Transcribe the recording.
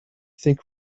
think